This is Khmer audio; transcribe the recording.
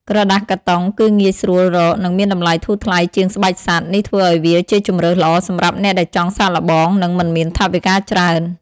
ក្រដាសកាតុងគឺងាយស្រួលរក និងមានតម្លៃធូរថ្លៃជាងស្បែកសត្វ នេះធ្វើឱ្យវាជាជម្រើសល្អសម្រាប់អ្នកដែលចង់សាកល្បង ឬមិនមានថវិកាច្រើន។